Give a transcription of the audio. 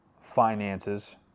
finances